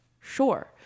sure